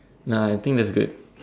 nah I think that's good